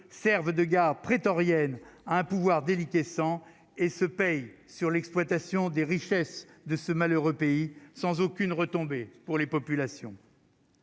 Servent de garde prétorienne un pouvoir déliquescent et se payent sur l'exploitation des richesses de ce malheureux pays sans aucune retombée pour les populations.